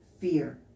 fear